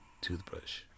toothbrush